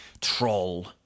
Troll